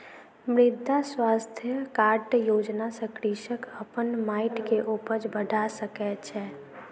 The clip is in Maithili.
मृदा स्वास्थ्य कार्ड योजना सॅ कृषक अपन माइट के उपज बढ़ा सकै छै